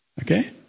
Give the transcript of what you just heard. Okay